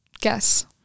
Guess